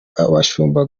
abashumba